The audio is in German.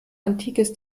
antikes